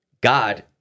God